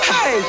Hey